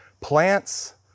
plants